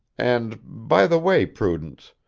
and, by the way, prudence,